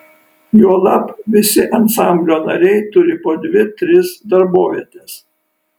juolab visi ansamblio nariai turi po dvi tris darbovietes